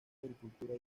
agricultura